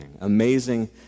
amazing